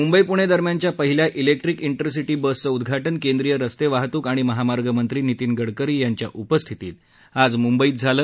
मुंबई पूणे दरम्यानच्या पहिल्या electric intercity बसचं उदधाटन केंद्रीय रस्ते वाहतूक आणि महामार्गमंत्री नितीन गडकरी यांच्या उपस्थितीत आज मुंबईत झालं